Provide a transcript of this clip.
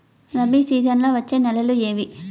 రబి సీజన్లలో వచ్చే నెలలు ఏవి?